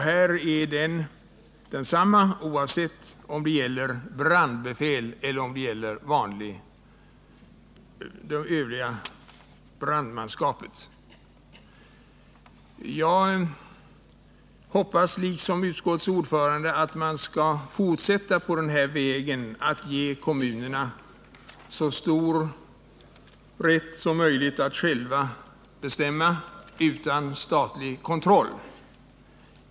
Den är densamma oavsett om det gäller brandbefäl eller övrigt brandmanskap. Liksom utskottets ordförande hoppas jag att man skall fortsätta på den inslagna vägen, nämligen att ge kommunerna så stor rätt som möjligt att själva bestämma utan statlig kontroll.